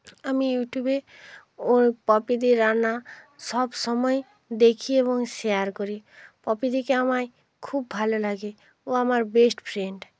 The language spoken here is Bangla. আমি ইউটিউবে ওর পপিদির রান্না সব সময় দেখি এবং শেয়ার করি পপিদিকে আমার খুব ভালো লাগে ও আমার বেস্ট ফ্রেন্ড